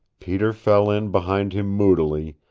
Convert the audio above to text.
peter fell in behind him moodily,